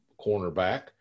cornerback